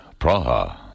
Praha